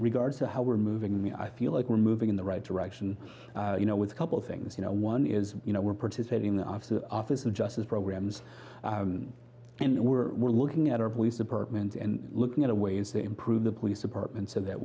regard to how we're moving me i feel like we're moving in the right direction you know with a couple of things you know one is you know we're participating in the off the office of justice programs and we're we're looking at our police department and looking into ways to improve the police department so that